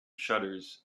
shutters